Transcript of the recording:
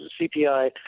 CPI